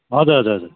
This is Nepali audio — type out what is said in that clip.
हजुर हजुर हजुर